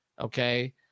Okay